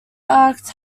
arched